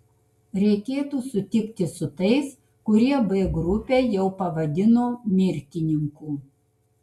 reikėtų sutikti su tais kurie b grupę jau pavadino mirtininkų